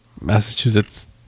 massachusetts